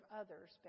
others